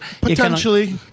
potentially